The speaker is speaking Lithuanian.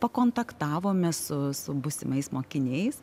pakontaktavome su būsimais mokiniais